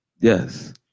Yes